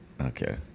Okay